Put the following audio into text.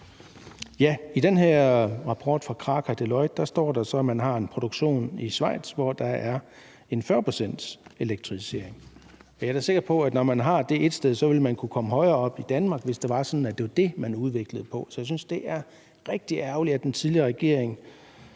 I den her rapport fra Kraka og Deloitte står der så, at man har en produktion i Schweiz, hvor der er 40 pct.s elektrificering. Og jeg er da sikker på, at når man har det ét sted, vil man kunne komme højere op i Danmark, hvis det var sådan, at det var det, man udviklede på. Så jeg synes, det er rigtig ærgerligt, at den tidligere regering